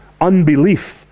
unbelief